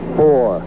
four